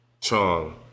Chong